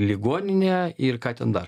ligoninę ir ką ten dar